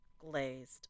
glazed